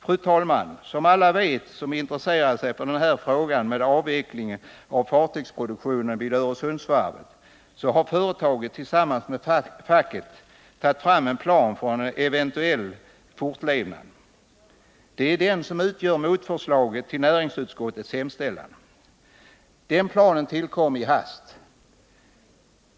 Fru talman! Som alla vet som intresserat sig för frågan om avveckling av fartygsproduktionen vid Öresundsvarvet, så har företaget tillsammans med facket tagit fram en plan för en eventuell fortlevnad. Det är den som utgör motförslaget till näringsutskottets hemställan. Den planen tillkom i all hast.